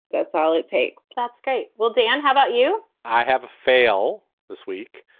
that's all it takes that's great. well, dan, how about you? i have a fail this week.